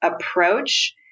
approach